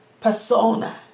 persona